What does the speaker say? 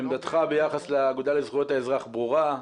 עמדתך ביחס לאגודה לזכויות האזרח ברורה.